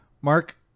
Mark